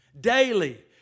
Daily